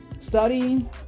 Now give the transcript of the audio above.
Studying